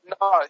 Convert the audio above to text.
No